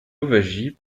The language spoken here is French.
louwagie